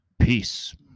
Peace